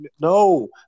No